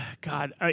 God